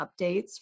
updates